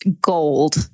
gold